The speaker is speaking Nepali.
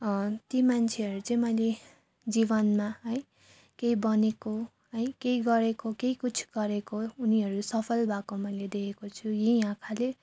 ती मान्छेहरू चाहिँ मैले जीवनमा है केही बनेको है केही गरेको केही कुछ गरेको उनीहरू सफल भएको मैले देखेको छु यही आँखाले